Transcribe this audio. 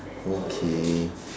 okay